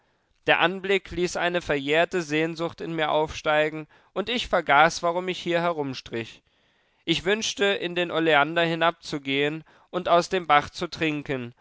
der anblick ließ eine verjährte sehnsucht in mir aufsteigen und ich vergaß warum ich hier herumstrich ich wünschte in den oleander hinabzugehen und aus dem bach zu trinken